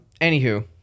Anywho